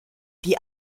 die